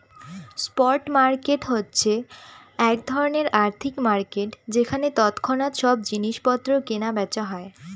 spot market হচ্ছে এক ধরনের আর্থিক মার্কেট যেখানে তৎক্ষণাৎ সব জিনিস পত্র কেনা বেচা হয়